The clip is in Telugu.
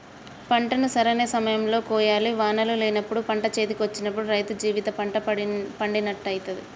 పంటను సరైన సమయం లో కోయాలి వానలు లేనప్పుడు పంట చేతికొచ్చినప్పుడు రైతు జీవిత పంట పండినట్టయితది